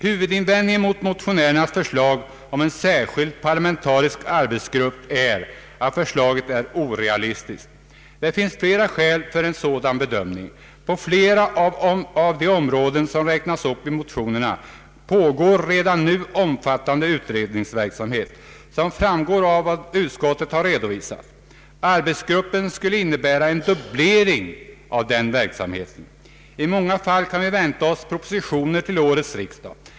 Huvudinvändningen mot motionärernas förslag om en särskild parlamentarisk arbetsgrupp är att förslaget är orealistiskt. Det finns flera skäl för en sådan bedömning. På flera av de områden som räknas upp i motionerna pågår redan en omfattande utredningsverksamhet, som framgår av vad utskottet har redovisat. Arbetsgruppen skulle innebära en dubblering av denna verksamhet. I många fall kan vi vänta oss propositioner till årets riksdag.